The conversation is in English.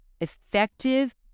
effective